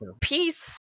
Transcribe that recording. peace